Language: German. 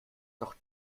doch